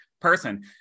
person